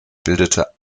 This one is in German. bildete